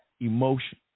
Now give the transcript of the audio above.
emotion